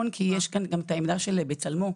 את העמדה של "בצלמו",